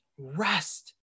Rest